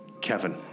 Kevin